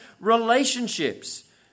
relationships